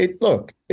look